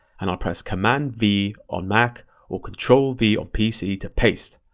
and i'll press command v on mac or control v on pc to paste.